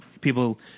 people